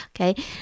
Okay